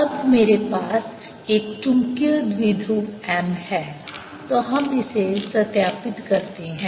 अब मेरे पास एक चुंबकीय द्विध्रुव m है तो हम इसे सत्यापित करते हैं